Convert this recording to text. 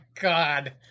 god